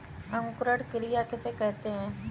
अंकुरण क्रिया किसे कहते हैं?